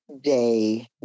day